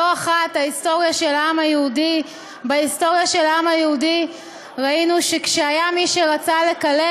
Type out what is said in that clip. לא אחת בהיסטוריה של העם היהודי ראינו שכשהיה מי שרצה לקלל,